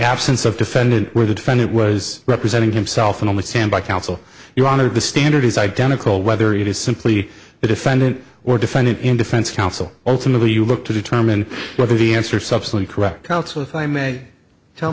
absence of defendant where the defendant was representing himself and only stand by counsel your honor the standard is identical whether it is simply the defendant or defendant in defense counsel ultimately you look to determine whether the answer